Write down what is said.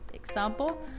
example